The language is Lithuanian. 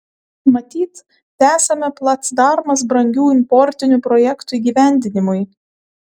matyt tesame placdarmas brangių importinių projektų įgyvendinimui